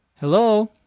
Hello